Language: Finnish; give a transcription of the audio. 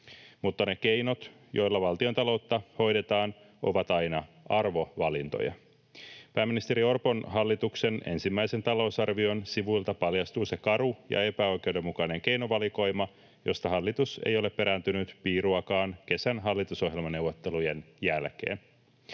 Mutta ne keinot, joilla valtiontaloutta hoidetaan, ovat aina arvovalintoja. Pääministeri Orpon hallituksen ensimmäisen talousarvion sivuilta paljastuu se karu ja epäoikeudenmukainen keinovalikoima, josta hallitus ei ole perääntynyt piiruakaan kesän hallitusohjelmaneuvottelujen jälkeen.